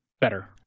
better